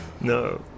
No